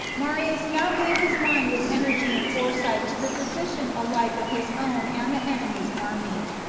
marius now gave his mind with energy and fore sight to the position alike of his own and the enemy's army,